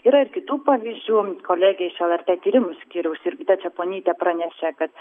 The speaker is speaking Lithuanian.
yra ir kitų pavyzdžių kolegė iš lrt tyrimų skyriaus jurgita čeponytė pranešė kad